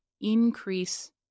increase